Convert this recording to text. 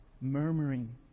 murmuring